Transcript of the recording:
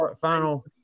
final